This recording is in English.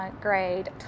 grade